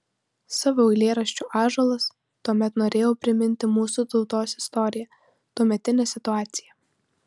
savo eilėraščiu ąžuolas tuomet norėjau priminti mūsų tautos istoriją tuometinę situaciją